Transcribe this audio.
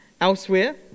elsewhere